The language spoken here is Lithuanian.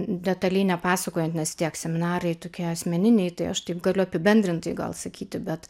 detaliai nepasakojant nes tiek seminarai tokie asmeniniai tai aš taip galiu apibendrintai gal sakyti bet